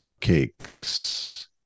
cakes